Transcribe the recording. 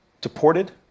Deported